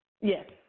Yes